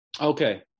Okay